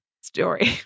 story